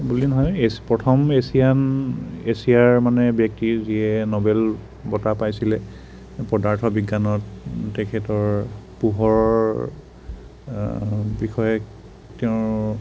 বুলি নহয় এছ প্ৰথম এছিয়ান এছিয়াৰ মানে ব্য়ক্তিৰ যিয়ে নবেল বঁটা পাইছিলে পদাৰ্থ বিজ্ঞানত তেখেতৰ পোহৰ বিষয়ক তেওঁৰ